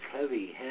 heavy